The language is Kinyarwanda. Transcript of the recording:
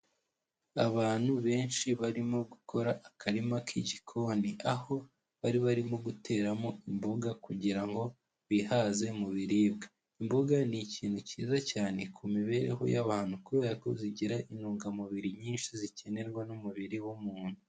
Abantu benshi barimo gukora akarima k'igikoni aho bari barimo guteramo imboga kugira ngo bihaze mu biribwa. Imboga ni ikintu cyiza cyane ku mibereho y'abantu kuberako zigira intungamubiri nyinshi zikenerwa n'umubiri w'umuntu.